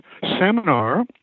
seminar